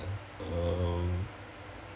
!huh! um